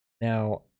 now